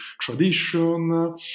tradition